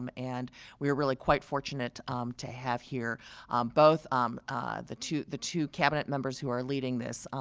um and we are really quite fortunate to have here both um the two the two cabinet members who are leading this,